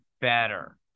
better